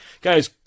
Guys